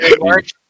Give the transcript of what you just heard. March